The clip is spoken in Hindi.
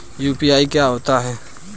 यू.पी.आई क्या होता है?